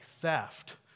theft